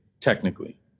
technically